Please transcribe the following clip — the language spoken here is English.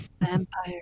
Vampire